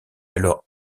alors